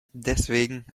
deswegen